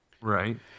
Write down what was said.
right